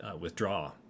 withdraw